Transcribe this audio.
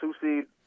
two-seed